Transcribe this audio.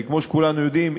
כי כמו שכולנו יודעים,